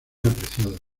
apreciadas